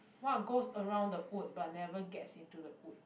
what goes around the wood but never gets in to the wood